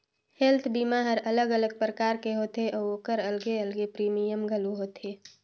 health बीमा हर अलग अलग परकार के होथे अउ ओखर अलगे अलगे प्रीमियम घलो होथे